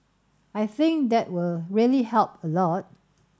I think that will really help a lot